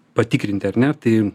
patikrinti ar ne tai